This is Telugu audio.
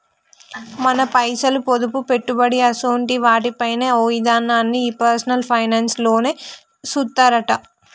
మన పైసలు, పొదుపు, పెట్టుబడి అసోంటి వాటి పైన ఓ ఇదనాన్ని ఈ పర్సనల్ ఫైనాన్స్ లోనే సూత్తరట